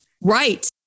Right